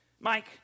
Mike